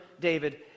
David